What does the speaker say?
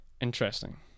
Interesting